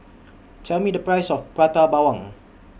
Tell Me The Price of Prata Bawang